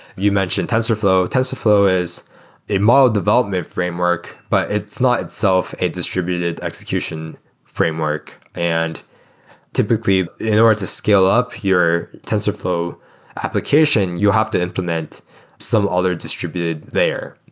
you mentioned tensorflow. tensorflow is a model development framework, but it's not itself a distributed execution framework. and typically, in order to scale up your tensorflow application, you have to implement some other distributed layer.